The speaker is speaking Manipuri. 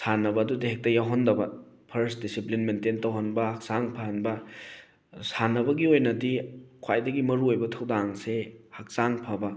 ꯁꯥꯟꯅꯕ ꯑꯗꯨꯨꯗ ꯍꯦꯛꯇ ꯌꯥꯎꯍꯟꯗꯕ ꯐꯔꯁꯠ ꯗꯤꯁꯤꯄ꯭ꯂꯤꯟ ꯃꯦꯟꯇꯦꯟ ꯇꯧꯍꯟꯕ ꯍꯛꯆꯥꯡ ꯐꯍꯟꯕ ꯁꯥꯟꯅꯕꯒꯤ ꯑꯣꯏꯅꯗꯤ ꯈ꯭ꯋꯥꯏꯗꯒꯤ ꯃꯔꯨꯑꯣꯏꯕ ꯊꯧꯗꯥꯡꯁꯦ ꯍꯛꯆꯥꯡ ꯐꯕ